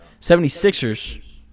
76ers